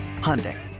Hyundai